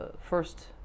first